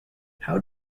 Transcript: how